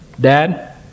Dad